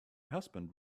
husband